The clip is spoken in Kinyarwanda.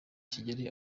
kigeli